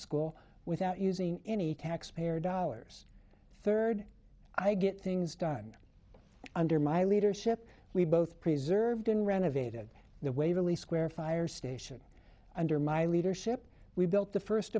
school without using any taxpayer dollars third i get things done under my leadership we both preserved and renovated the waverley square fire station under my leadership we built the first